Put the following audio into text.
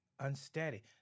unsteady